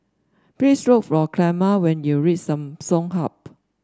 please look for Clemma when you reach Samsung Hub